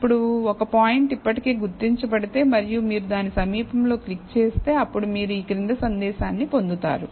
ఇప్పుడు ఒక పాయింట్ ఇప్పటికే గుర్తించబడితే మరియు మీరు దాని సమీపంలో క్లిక్ చేస్తే అప్పుడు మీరు ఈ క్రింది సందేశాన్ని పొందుతారు